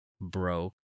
broke